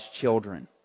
children